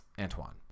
antoine